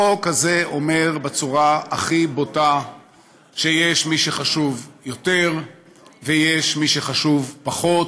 הזה אומר בצורה הכי בוטה שיש מי שחשוב יותר ויש מי שחשוב פחות,